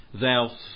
thou